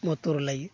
मटर लायो